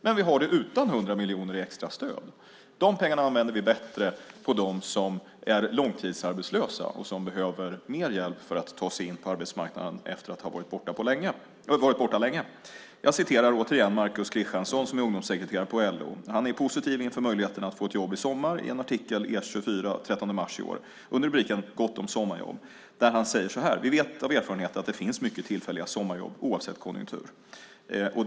Men vi har det utan 100 miljoner i extra stöd. De pengarna använder vi bättre för dem som är långtidsarbetslösa och som behöver mer hjälp för att ta sig in på arbetsmarknaden efter att ha varit borta länge. Jag citerar återigen Markus Kristiansson, som är ungdomssekreterare på LO. Han är positiv inför möjligheterna att få ett jobb i sommar. I en artikel i E 24 den 13 mars i år, under rubriken "Gott om sommarjobb", säger han: Vi vet av erfarenhet att det finns mycket tillfälliga sommarjobb oavsett konjunktur.